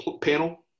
panel